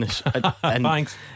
Thanks